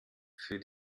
für